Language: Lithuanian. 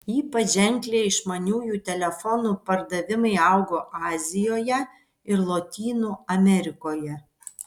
ypač ženkliai išmaniųjų telefonų pardavimai augo azijoje ir lotynų amerikoje